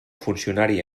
funcionari